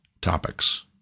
topics